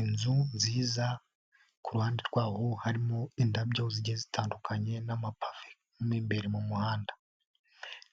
Inzu nziza ku ruhande rwaho harimo indabyo zigiye zitandukanye n'amapave imbere mu muhanda